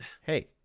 Hey